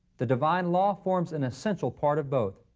the divine law. forms an essential part of both.